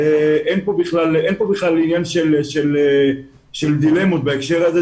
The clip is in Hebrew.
אין פה בכלל עניין של דילמות בהקשר הזה.